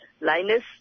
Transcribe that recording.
Linus